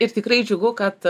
ir tikrai džiugu kad